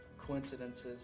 coincidences